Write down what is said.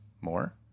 more